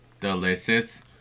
Delicious